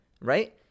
right